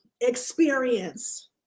experience